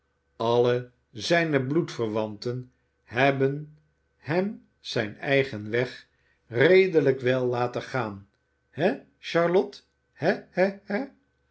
alle zijne bloedverwanten hebben hem zijn eigen weg redelijk wel laten gaan he charlotte he